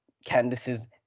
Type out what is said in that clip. Candice's